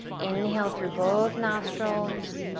inhale through both nostrils